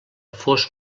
fos